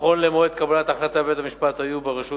נכון למועד קבלת ההחלטה בבית-המשפט היו ברשות